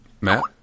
Matt